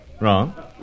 Wrong